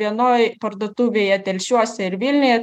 vienoj parduotuvėje telšiuose ir vilniuje